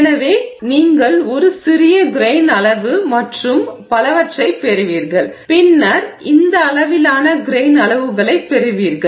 எனவே நீங்கள் ஒரு சிறிய கிரெய்ன் அளவு மற்றும் பலவற்றைப் பெறுவீர்கள் பின்னர் இந்த அளவிலான கிரெய்ன் அளவுகளைப் பெறுவீர்கள்